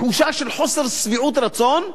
תחושה של חוסר שביעות רצון.